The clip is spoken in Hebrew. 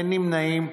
אין נמנעים.